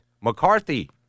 McCarthy –